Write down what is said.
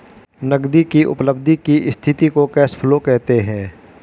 नगदी की उपलब्धि की स्थिति को कैश फ्लो कहते हैं